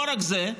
לא רק זה,